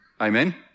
Amen